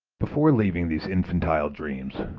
before leaving these infantile dreams,